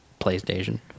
playstation